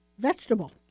vegetable